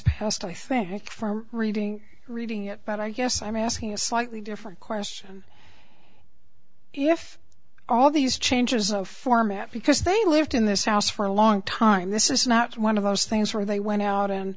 passed i thank you for reading reading it but i guess i'm asking a slightly different question if all these changes of format because they lived in this house for a long time this is not one of those things where they went out and